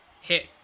hit